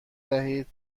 دهید